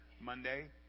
Monday